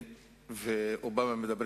מתנה